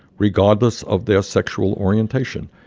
regardless of their sexual orientation.